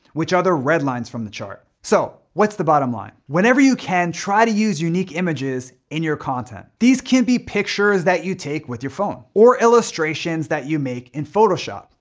which are the red lines from the chart. so, what's the bottom line? whenever you can, try to use unique images in your content. these can be pictures that you take with your phone. or illustrations that you make in photoshop.